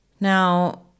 now